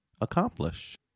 accomplish